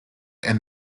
and